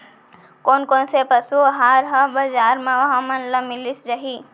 कोन कोन से पसु आहार ह बजार म हमन ल मिलिस जाही?